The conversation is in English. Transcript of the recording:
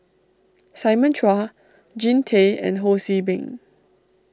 Simon Chua Jean Tay and Ho See Beng